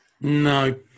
No